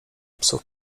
psów